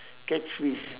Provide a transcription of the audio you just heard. catch fish